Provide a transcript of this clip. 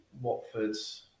Watford's